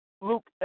Luke